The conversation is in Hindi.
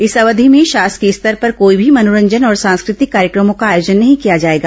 इस अवधि में शासकीय स्तर पर कोई भी मनोरंजन और सांस्कृतिक कार्यक्रमों का आयोजन नहीं किया जाएगा